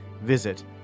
Visit